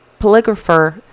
polygrapher